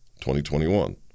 2021